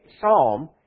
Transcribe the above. Psalm